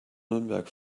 nürnberg